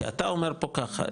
כי אתה אומר פה ככה,